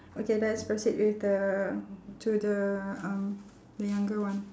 okay let's proceed with the to the um the younger one